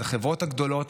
החברות הגדולות,